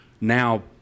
now